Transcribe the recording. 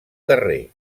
carrer